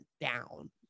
down